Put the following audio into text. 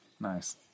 Nice